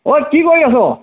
ঐ কি কৰি আছ